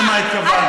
למה התכוונת,